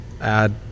add